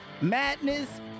madness